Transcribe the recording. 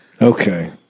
Okay